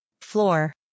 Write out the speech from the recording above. floor